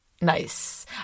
Nice